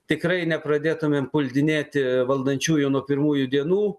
tikrai nepradėtumėm puldinėti valdančiųjų nuo pirmųjų dienų